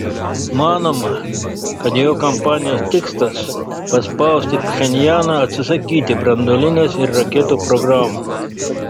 manoma kad jo kampanijos tikslas paspausti pchenjaną atsisakyti branduolinės ir raketų programų